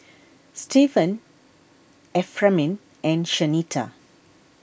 Stevan Ephraim and Shanita